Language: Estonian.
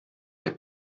jääb